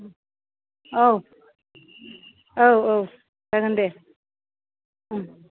औ औ औ जागोन दे